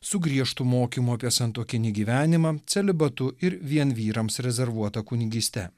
su griežtu mokymu apie santuokinį gyvenimą celibatu ir vien vyrams rezervuota kunigyste